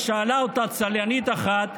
שאלה אותה צליינית אחת: